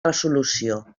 resolució